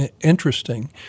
interesting